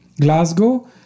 Glasgow